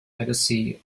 legacy